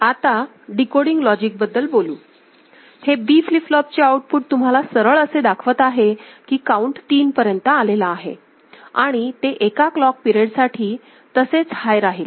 आता decoding logic बद्दल बोलू हे B फ्लिप फ्लॉप चे आउटपुट तुम्हाला सरळ असे दाखवत आहे की काउन्ट 3 पर्यंत आलेला आहे आणि ते एका क्लॉक पिरियड साठी तसेच हाय राहील